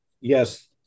yes